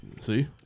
see